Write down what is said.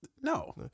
No